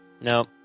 no